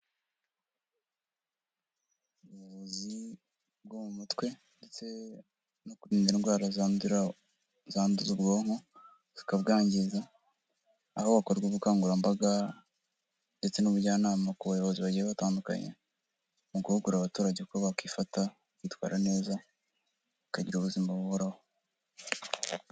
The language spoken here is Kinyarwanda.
Ubuvuzi bwo mu mutwe ndetse no kurinda indwara zandura zanduza ubwonko zikabwangiza aho hakorwa ubukangurambaga ndetse n'ubujyanama ku bayobozi bagiye batandukanye mu guhugura abaturage uko bakwifata bitwara neza bakagira ubuzima buhoraho.